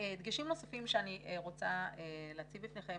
דגשים נוספים שאני רוצה להציג בפניכם.